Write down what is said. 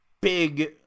big